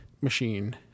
machine